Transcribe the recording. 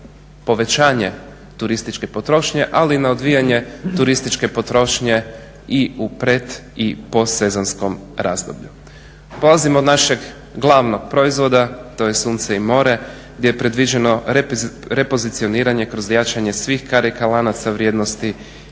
povećanje turističke potrošnje, ali i na odvijanje turističke potrošnje i u pred i post-sezonskom razdoblju. Polazim od našeg glavnog proizvoda, to je sunce i more, gdje je predviđeno repozicioniranje kroz jačanje svih karika lanaca vrijednosti